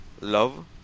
love